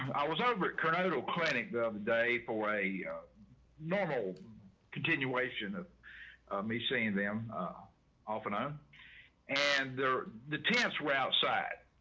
i was over coronado clinic the other day for a normal continuation of me saying them ah often ah um and they're the dance route side.